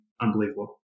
unbelievable